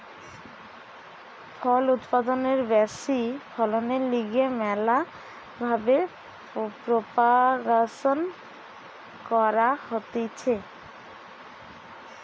ফল উৎপাদনের ব্যাশি ফলনের লিগে ম্যালা ভাবে প্রোপাগাসন ক্যরা হতিছে